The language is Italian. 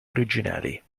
originali